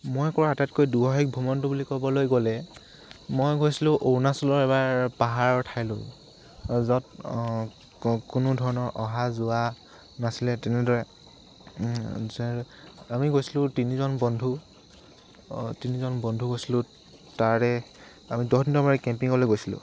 মই কৰা আটাইতকৈ দুসাহসিক ভ্ৰমণটো বুলি ক'বলৈ গ'লে মই গৈছিলোঁ অৰুণাচলৰ এবাৰ পাহাৰৰ ঠাইলৈ য'ত কোনো ধৰণৰ অহা যোৱা নাছিলে তেনেদৰে আমি গৈছিলোঁ তিনিজন বন্ধু তিনিজন বন্ধু গৈছিলোঁ তাৰে আমি দহদিনৰ ম কেম্পিঙলৈ গৈছিলোঁ